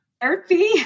therapy